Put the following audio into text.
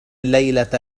ليلة